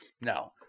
No